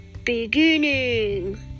beginning